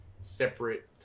separate